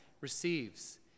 receives